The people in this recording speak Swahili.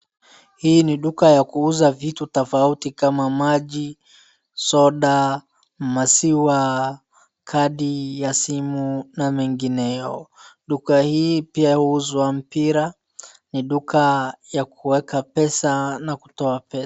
Hii ni duka ya kuuza vitu tofauti kama maji, soda, maziwa, kadi ya simu na mengineyo. Duka hii pia huuzwa mpira. Ni duka ya kueka pesa na kutoa pesa.